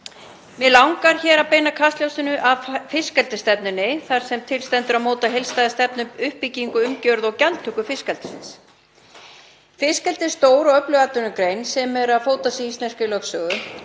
Mig langar hér að beina kastljósinu að fiskeldisstefnunni þar sem til stendur að móta heildstæða stefnu um uppbyggingu, umgjörð og gjaldtöku fiskeldisins. Fiskeldi er stór og öflug atvinnugrein sem er að fóta sig í íslenskri lögsögu